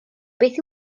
beth